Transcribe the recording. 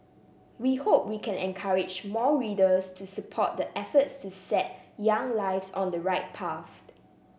we hope we can encourage more readers to support the efforts to set young lives on the right path